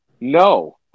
no